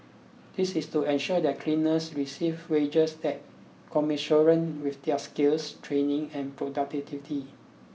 this is to ensure that cleaners receive wages that commensurate with their skills training and productivity